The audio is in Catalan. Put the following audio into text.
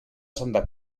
santa